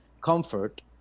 comfort